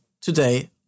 today